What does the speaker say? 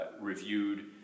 reviewed